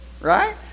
Right